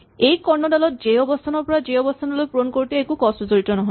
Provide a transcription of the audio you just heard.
এই কৰ্ণডালত জে অৱস্হানৰ পৰা জে অৱস্হানলৈ পূৰণ কৰোতে একো কস্ত জড়িত নহয়